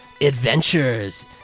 Adventures